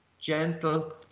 gentle